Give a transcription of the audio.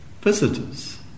visitors